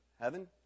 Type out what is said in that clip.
Heaven